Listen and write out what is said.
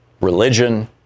religion